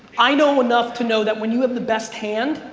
i know enough to know that when you have the best hand,